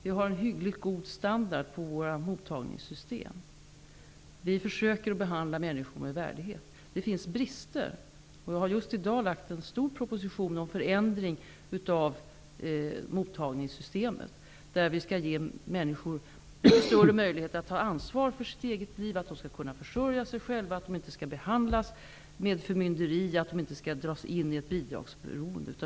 Vi har en hyggligt god standard i våra mottagningssystem. Vi försöker behandla människor med värdighet. Det finns dock brister, och jag har just i dag lagt fram en stor proposition om förändring av mottagningssystemet. Vi skall ge människor större möjlighet att ta ansvar för sitt eget liv och att försörja sig själva. De skall inte behandlas med förmynderi och inte dras in i ett bidragsberoende.